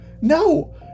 no